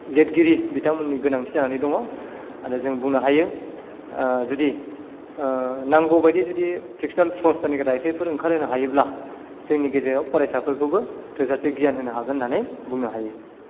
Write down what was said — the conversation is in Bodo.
लिरगिरि बिथांमोननि गोनांथि जानानै दं आरो जों बुंनो हायो जुदि नांगौबादि जुदि फिक्स'नेल फ्रस जेनाखि रायथायफोर ओंखार होनो हायोब्ला जोंनि गेजेराव फरायसाफोरखौबो थोजासे गियान होनो हागोन होननानै बुंनो हायो